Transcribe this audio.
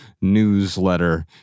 newsletter